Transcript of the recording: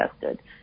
tested